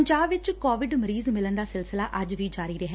ਪੰਜਾਬ ਵਿਚ ਕੋਵਿਡ ਮਰੀਜ਼ ਮਿਲਣ ਦਾ ਸਿਲਸਿਲਾ ਅੱਜ ਵੀ ਜਾਰੀ ਰਿਹਾ